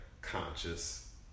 conscious